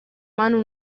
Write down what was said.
mano